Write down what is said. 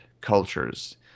cultures